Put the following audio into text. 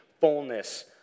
fullness